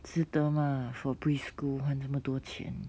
值得吗 for preschool 还这么多钱